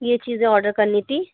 ये चीज़ें ऑर्डर करनी थी